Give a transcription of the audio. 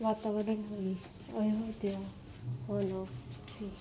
ਵਾਤਾਵਰਨ ਵੀ ਇਹਾ ਜਿਹਾ ਹੋਣਾ ਸੀ